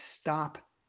stop